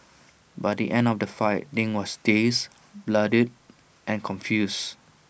by the end of the fight ding was dazed bloodied and confused